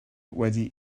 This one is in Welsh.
wedi